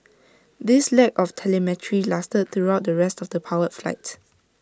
this lack of telemetry lasted throughout the rest of powered flight